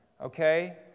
Okay